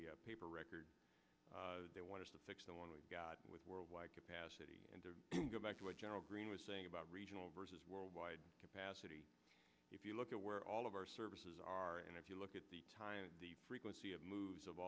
c paper record they want to fix the one we got with worldwide capacity and to go back to what general green was saying about regional versus worldwide capacity if you look at where all of our services are and if you look at the time the frequency of moves of